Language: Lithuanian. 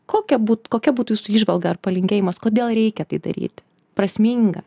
kokia būt kokia būtų jūsų įžvalga ar palinkėjimas kodėl reikia tai daryt prasminga